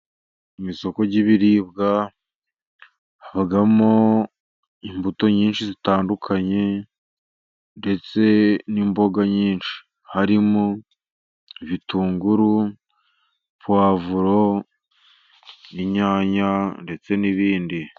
Mu isoko ry'ibiribwa habamo imbuto nyinshi zitandukanye, ndetse n'imboga nyinshi. Harimo ibitunguru, pwavuro, inyanya ndetse n'ibindi.